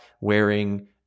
wearing